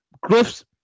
Griff's